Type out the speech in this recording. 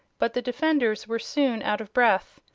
but the defenders were soon out of breath.